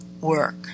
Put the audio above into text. work